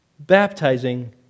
Baptizing